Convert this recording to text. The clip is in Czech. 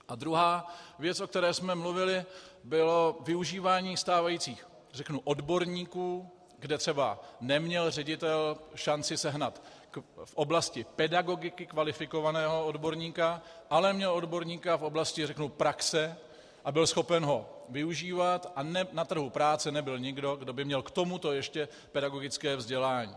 A druhá věc, o které jsme mluvili, bylo využívání stávajících odborníků, kde třeba neměl ředitel šanci sehnat v oblasti pedagogiky kvalifikovaného odborníka, ale měl odborníka v oblasti praxe a byl schopen ho využívat, a na trhu práce nebyl nikdo, kdo by měl k tomuto ještě pedagogické vzdělání.